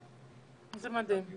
אז תדבר גלוי,